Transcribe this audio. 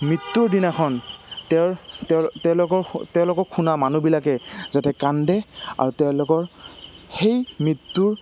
মৃত্যুৰ দিনাখন তেওঁৰ তেওঁ তেওঁলোকৰ তেওঁলোকক শুনা মানুহবিলাকে যাতে কান্দে আৰু তেওঁলোকৰ সেই মৃত্যুৰ